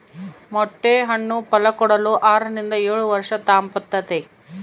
ಮೊಟ್ಟೆ ಹಣ್ಣು ಫಲಕೊಡಲು ಆರರಿಂದ ಏಳುವರ್ಷ ತಾಂಬ್ತತೆ